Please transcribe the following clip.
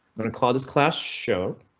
going to call this class show.